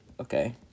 Okay